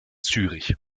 zürich